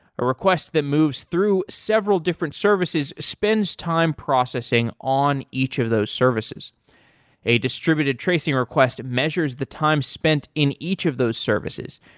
a request that moves through several different services spends time processing on each of those services a distributed tracing request measures the time spent in each of those services.